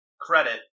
credit